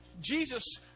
Jesus